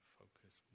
focus